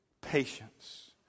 patience